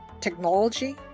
technology